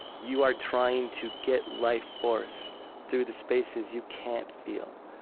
you are trying to get life force through the spaces you can't feel.